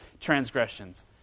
transgressions